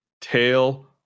tail